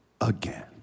again